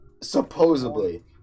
supposedly